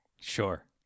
Sure